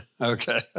Okay